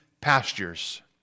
pastures